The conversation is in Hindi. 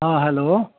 हाँ हैलो